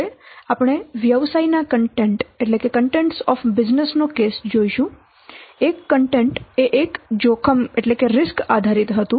હવે આપણે વ્યવસાય ના કન્ટેન્ટ નો કેસ જોઈશું એક કન્ટેન્ટ એ એક જોખમ આધારિત હતું